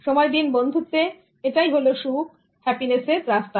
সময় দিন বন্ধুত্ব এ এটাই হলো সুখ হ্যাপিনেস এর রাস্তা